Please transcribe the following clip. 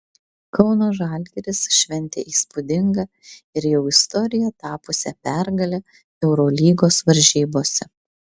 kauno žalgiris šventė įspūdingą ir jau istorija tapusią pergalę eurolygos varžybose